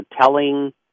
telling